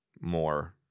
more